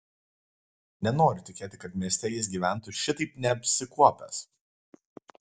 nenoriu tikėti kad mieste jis gyventų šitaip neapsikuopęs